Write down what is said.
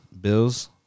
Bills